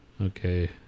Okay